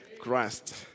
Christ